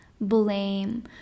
blame